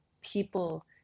people